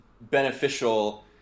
beneficial